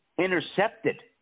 intercepted